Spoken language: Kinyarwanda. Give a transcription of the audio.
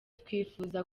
twifuza